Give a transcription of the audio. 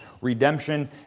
redemption